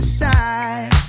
side